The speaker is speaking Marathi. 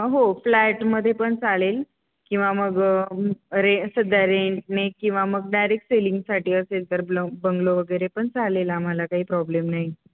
हो फ्लॅटमध्ये पण चालेल किंवा मग रे सध्या रेंटने किंवा मग डायरेक्ट सेलिंगसाठी असेल तर ब्ल बंगलो वगैरे पण चालेल आम्हाला काही प्रॉब्लेम नाही